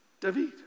David